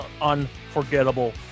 unforgettable